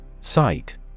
Sight